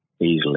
easily